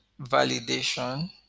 validation